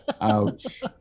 Ouch